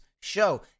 show